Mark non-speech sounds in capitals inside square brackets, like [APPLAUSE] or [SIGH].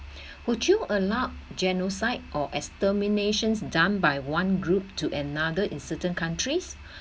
[BREATH] would you allow genocide or exterminations done by one group to another in certain countries